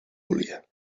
volia